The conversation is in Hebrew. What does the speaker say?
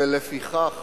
ולפיכך